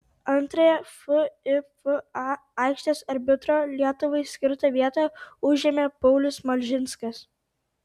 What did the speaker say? antrąją fifa aikštės arbitro lietuvai skirtą vietą užėmė paulius malžinskas